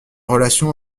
relation